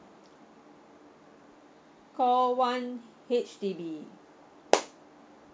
call one H_D_B